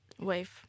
wave